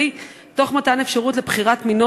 הנפגעות לחוות "אונס" נוסף במקום מוגן.